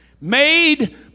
made